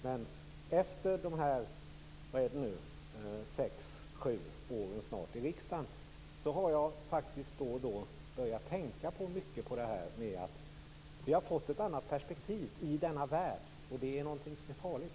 Men efter de här sex-sju åren i riksdagen har jag faktiskt då och då börjat tänka på detta att vi har fått ett annat perspektiv i denna värld, och det är farligt.